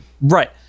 Right